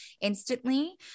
instantly